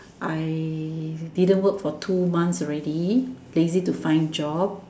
I didn't work for two months already lazy to find job